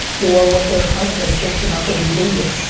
or what their husband thinks about their behavior.